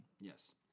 Yes